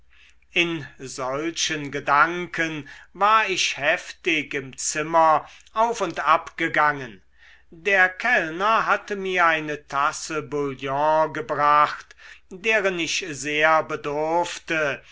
in solchen gedanken war ich heftig im zimmer auf und ab gegangen der kellner hatte mir eine tasse bouillon gebracht deren ich sehr bedurfte